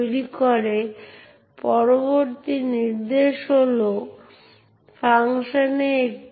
এবং তাই sudo অনুমতি সেই নির্দিষ্ট ব্যবহারকারীর জন্য দেওয়া উচিত নয়